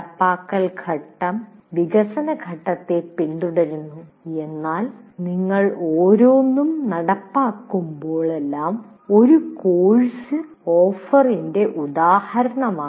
നടപ്പാക്കൽ ഘട്ടം വികസനഘട്ടത്തെ പിന്തുടരുന്നു എന്നാൽ നിങ്ങൾ ഓരോന്നും നടപ്പാക്കുമ്പോഴെല്ലാം ഒരു കോഴ്സ് ഓഫറിന്റെ ഉദാഹരണമാണ്